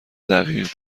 دقیق